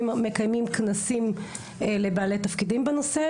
מקיימים כנסים לבעלי תפקידים בנושא,